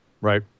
Right